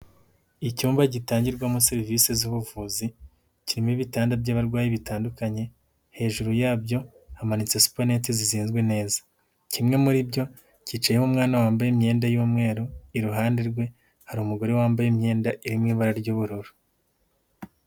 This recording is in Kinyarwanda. Icyumba gitangirwamo serivise z'ubuvuzi, kirimo ibitanda by'abarwayi bitandukanye, hejuru yabyo, hamanitse supanete zizinzwe neza. Kimwe muri byo, cyicayeho umwana wambaye imyenda y'umweru, iruhande rwe, hari umugore wambaye imyenda iri mu ibara ry'ubururu.